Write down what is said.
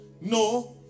No